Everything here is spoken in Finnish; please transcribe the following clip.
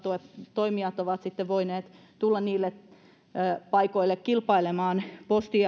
toimijat ovat voineet tulla kilpailemaan postin